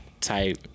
type